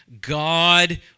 God